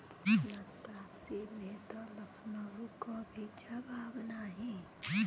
नक्काशी में त लखनऊ क भी जवाब नाही